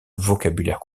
vocabulaire